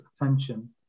attention